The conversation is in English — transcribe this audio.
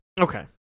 Okay